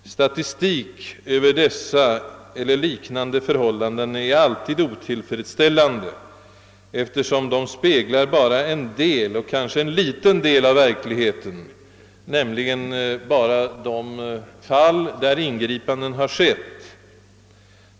Statistik över dessa eller liknande förhållanden blir alltid otillfredsställande, eftersom den speglar bara en del och kanske en liten del av verkligheten, nämligen endast de fall då ingripanden skett.